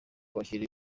kwakira